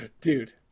dude